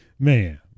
Man